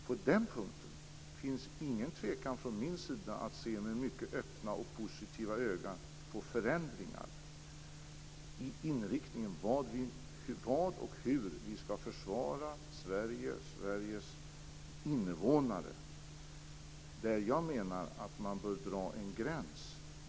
På den punkten finns ingen tvekan från min sida att se med mycket öppna och positiva ögon på förändringar i inriktningen av hur vi skall försvara Jag menar att man bör dra en gräns.